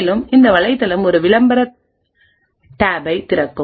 மேலும் இந்த வலைத்தளம் ஒரு விளம்பர டேபை திறக்கும்